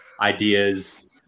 ideas